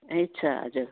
ए छ हजुर